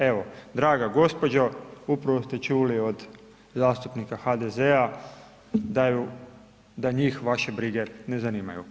Evo, draga gospođo, upravo ste čuli od zastupnika HDZ-a da njih vaše brige ne zanimaju.